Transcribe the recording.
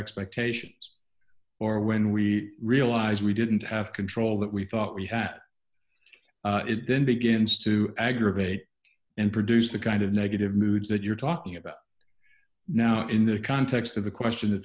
expectations or when we realize we didn't have control that we thought we had it then begins to aggravate and produce the kind of negative moods that you're talking about now in the context of the question